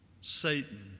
Satan